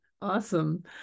Awesome